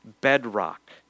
bedrock